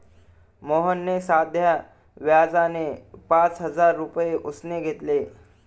मोहनने साध्या व्याजाने पाच हजार रुपये उसने घेतले